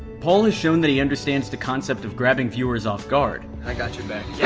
paul has shown that he understands the concept of grabbing viewers off-guard. i got your back.